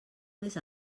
més